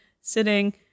sitting